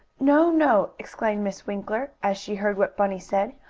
no, no! exclaimed miss winkler, as she heard what bunny said.